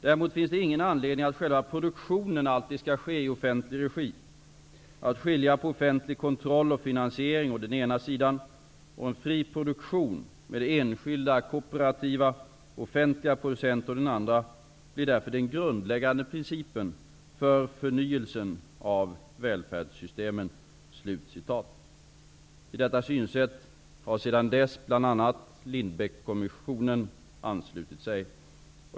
Däremot finns det ingen anledning att själva produktionen alltid skall ske i offentlig regi. Att skilja på offentlig kontroll och finansiering å den ena sidan och en fri produktion med enskilda, kooperativa och offentliga producenter å den andra blir därför den grundläggande principen för förnyelsen av de olika välfärdssystemen.'' Till detta synsätt har sedan dess bl.a. Lindbeckkommissionen anslutit sig.